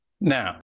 Now